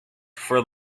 for